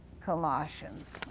Colossians